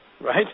right